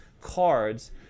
cards